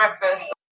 breakfast